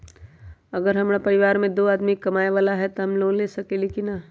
अगर हमरा परिवार में दो आदमी कमाये वाला है त हम लोन ले सकेली की न?